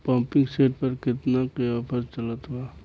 Pumping set पर केतना के ऑफर चलत बा?